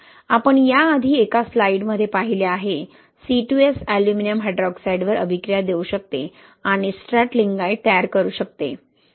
आपण याआधी एका स्लाइडमध्ये पाहिले आहे C2S अॅल्युमिनियम हायड्रॉक्साईडवर अभिक्रिया देऊ शकते आणि स्ट्रॅटलिंगाइट तयार करू शकते